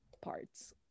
parts